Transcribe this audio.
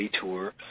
tour